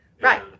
right